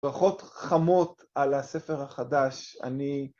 ברכות חמות על הספר החדש. אני ...